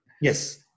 Yes